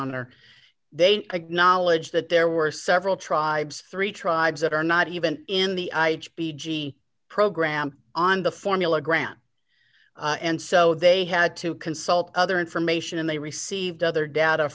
honor they acknowledge that there were several tribes three tribes that are not even in the program on the formula grant and so they had to consult other information and they received other data